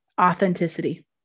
authenticity